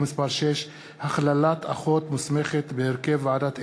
מס' 6) (הכללת אחות מוסמכת בהרכב ועדת אתיקה),